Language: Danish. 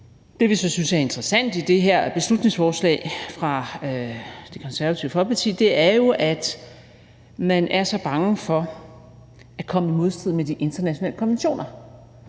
Det, vi så synes er interessant i det her beslutningsforslag fra Det Konservative Folkeparti, er jo, at man er så bange for at komme i modstrid med de internationale konventioner.